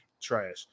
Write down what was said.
trash